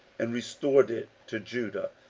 and restored it to judah,